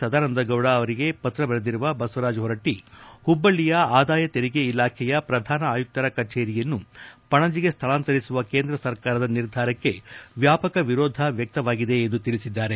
ಸದಾನಂದಗೌಡ ಮತ್ತಿತರಿಗೆ ಪತ್ರ ಬರೆದಿರುವ ಬಸವರಾಜ ಹೊರಟ್ಟಿ ಹುಬ್ಬಳ್ಳಿಯ ಆದಾಯ ತೆರಿಗೆ ಇಲಾಖೆಯ ಪ್ರಧಾನ ಆಯುಕ್ತರ ಕಚೇರಿಯನ್ನು ಪಣಜಿಗೆ ಸ್ಥಳಾಂತರಿಸುವ ಕೇಂದ್ರ ಸರ್ಕಾರದ ನಿರ್ಧಾರಕ್ಕೆ ವ್ಯಾಪಕ ವಿರೋಧ ವ್ಯಕ್ತವಾಗಿದೆ ಎಂದು ತಿಳಿಸಿದ್ದಾರೆ